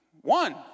One